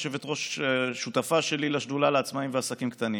יושבת-ראש שותפה שלי לשדולה לעצמאים ועסקים קטנים.